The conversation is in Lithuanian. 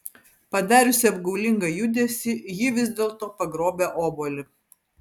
padariusi apgaulingą judesį ji vis dėlto pagrobia obuolį